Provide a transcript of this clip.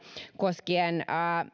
koskien